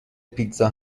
پیتزا